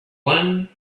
one